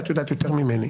אולי את יודעת יותר ממני.